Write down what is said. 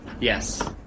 Yes